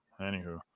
anywho